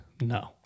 No